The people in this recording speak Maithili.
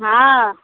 हँ